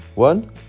one